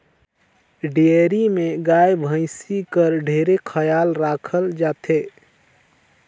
dairy में गाय, भइसी के ढेरे खयाल राखल जाथे